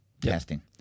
testing